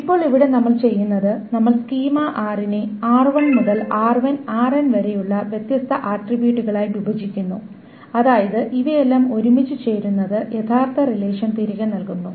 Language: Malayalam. ഇപ്പോൾ ഇവിടെ നമ്മൾ ചെയ്യുന്നത് നമ്മൾ സ്കീമ R നെ R1 മുതൽ Rn വരെയുള്ള വ്യത്യസ്ത ആട്രിബ്യൂട്ടുകളായി വിഭജിക്കുന്നു അതായത് ഇവയെല്ലാം ഒരുമിച്ച് ചേരുന്നത് യഥാർത്ഥ റിലേഷൻ തിരികെ നൽകുന്നു